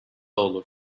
olur